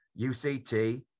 UCT